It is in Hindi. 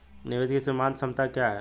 निवेश की सीमांत क्षमता क्या है?